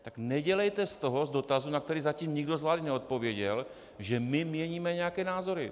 Tak nedělejte z dotazu, na který zatím nikdo z vlády neodpověděl, že my měníme nějaké názory.